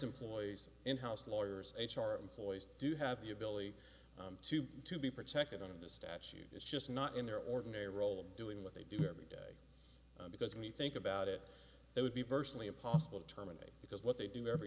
employees in house lawyers h r employees do have the ability to be protected under the statute it's just not in their ordinary role of doing what they do every day because we think about it it would be virtually impossible to terminate because what they do every